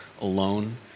alone